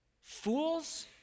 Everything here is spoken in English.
Fools